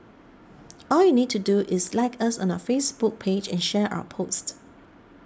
all you need to do is like us on our Facebook page and share our post